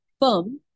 firm